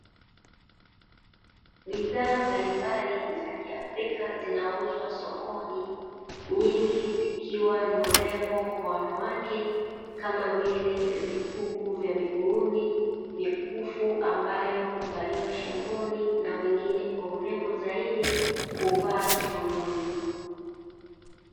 Bidhaa mbalimbali za kiafrika zinauzwa soko nyingi zikiwa ni urembo kwa wanawake kama vile vikuku vya mguuni, mikufu ambayo huvaliwa shingoni na wengine kwa urembo zaidi huvaa kiunoni.